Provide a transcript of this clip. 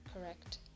correct